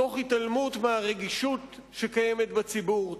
תוך התעלמות מהרגישות שקיימת בציבור,